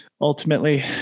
ultimately